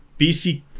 BC